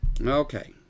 Okay